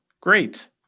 Great